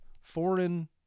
foreign